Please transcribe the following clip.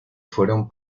fueron